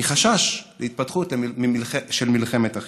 מחשש להתפתחות של מלחמת אחים.